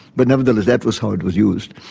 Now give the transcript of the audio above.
but nevertheless that was how it was used.